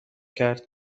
کرد